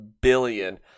billion